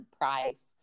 price